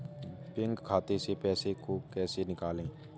Bank खाते से पैसे को कैसे निकालें?